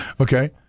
Okay